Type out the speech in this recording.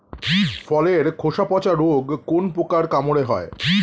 ফলের খোসা পচা রোগ কোন পোকার কামড়ে হয়?